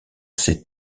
sait